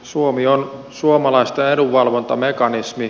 suomi on suomalaisten edunvalvontamekanismi